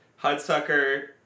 Hudsucker